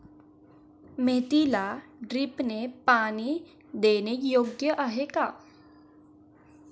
मेथीला ड्रिपने पाणी देणे योग्य आहे का?